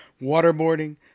waterboarding